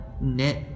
knit